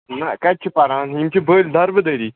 نَہ کَتہِ چھِ پران یِم چھِ بٔلۍ دَربٕدٔری